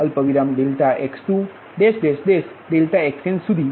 ∆xnસુધી આને R અધિકાર તરીકે કહી શકાય